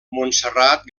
montserrat